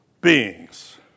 beings